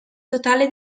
totale